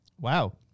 Wow